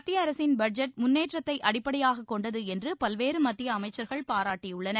மத்திய அரசின் பட்ஜெட் முன்னேற்றத்தை அடிப்படையாகக் கொண்டது என்று பல்வேறு மத்திய அமைச்சர்கள் பாராட்டியுள்ளனர்